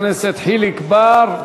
חבר הכנסת חיליק בר.